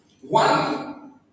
One